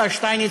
השר שטייניץ,